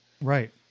right